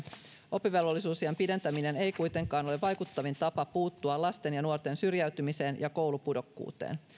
oppivelvollisuusiän pidentäminen ei kuitenkaan ole vaikuttavin tapa puuttua lasten ja nuorten syrjäytymiseen ja koulupudokkuuteen